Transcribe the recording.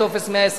לעובד, טופס 126,